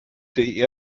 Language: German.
die